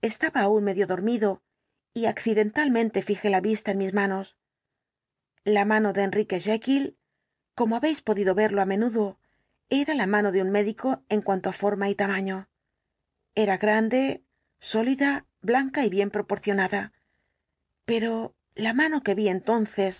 estaba aún medio dormido y accidentalmente fijé la vista en mis manos la mano de enrique jekyll como habéis podido verlo á menudo era la mano de un médico en cuanto á forma y tamaño era grande sólida blanca y bien proporcionada pero la mano que vi entonces